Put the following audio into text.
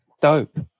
Dope